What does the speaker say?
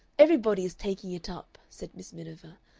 everybody is taking it up, said miss miniver.